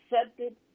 accepted